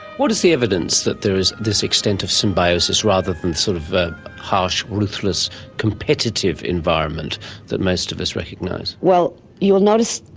what is the evidence that there is this extent of symbiosis rather than sort of the harsh, ruthless competitive environment that most of us recognise? well, you'll notice,